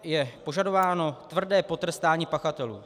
Je požadováno tvrdé potrestání pachatelů.